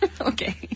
Okay